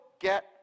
get